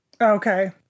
Okay